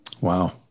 Wow